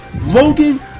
Logan